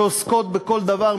שעוסקות בכל דבר,